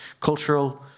cultural